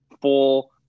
full